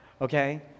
okay